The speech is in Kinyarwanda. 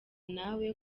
nawe